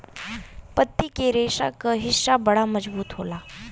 पत्ती के रेशा क रस्सी बड़ा मजबूत होला